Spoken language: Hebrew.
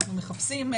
שאנחנו מחפשים,